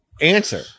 answer